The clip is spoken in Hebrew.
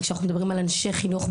וכשאנחנו מדברים על אנשי חינוך,